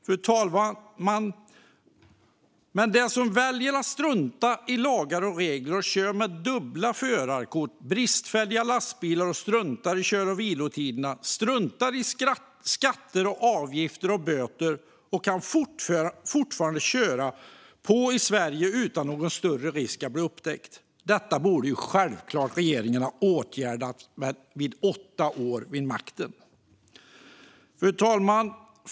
Men det finns de som väljer att strunta i lagar och regler och kör med dubbla förarkort och bristfälliga lastbilar. De struntar i kör och vilotider, struntar i skatter, avgifter och böter, och de kan fortfarande köra vidare i Sverige utan någon större risk att bli upptäckta. Detta borde regeringen ha åtgärdat efter åtta år vid makten.